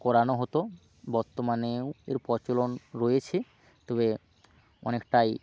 করানো হতো বর্তমানেও এর প্রচলন রয়েছে তবে অনেকটাই